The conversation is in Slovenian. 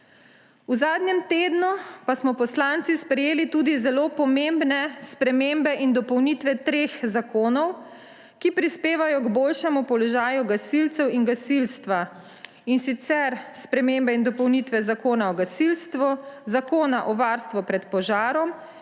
V zadnjem tednu pa smo poslanci sprejeli tudi zelo pomembne spremembe in dopolnitve treh zakonov, ki prispevajo k boljšemu položaju gasilcev in gasilstva, in sicer spremembe in dopolnitve Zakona o gasilstvu, Zakona o varstvu pred požarom